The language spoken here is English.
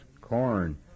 corn